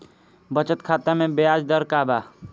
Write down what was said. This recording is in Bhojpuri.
बचत खाता मे ब्याज दर का बा?